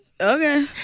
Okay